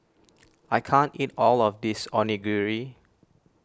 I can't eat all of this Onigiri